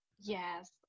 Yes